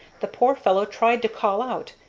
the poor fellow tried to call out,